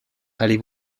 allez